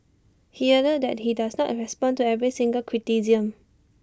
he added that he does not respond to every single criticism